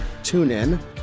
TuneIn